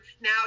now